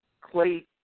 Clay